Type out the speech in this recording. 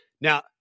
Now